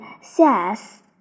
says